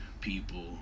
People